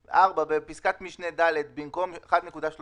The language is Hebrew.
בפסקת משנה (ב), במקום "4.5